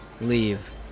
Leave